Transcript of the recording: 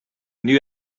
new